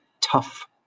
tough